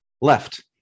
Left